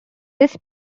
this